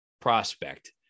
prospect